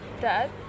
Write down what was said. dad